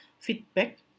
feedback